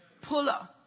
Puller